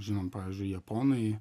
žinom pavyzdžiui japonai